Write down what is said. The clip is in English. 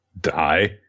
Die